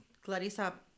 Clarissa